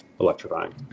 electrifying